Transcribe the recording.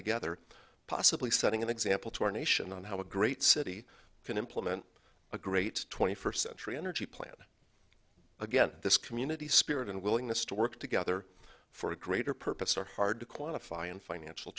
together possibly setting an example to our nation on how a great city can implement a great twenty first century energy plan again this community spirit and willingness to work together for a greater purpose are hard to quantify in financial